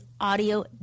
audio